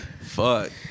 fuck